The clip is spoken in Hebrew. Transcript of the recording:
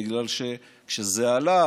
בגלל שכשזה עלה,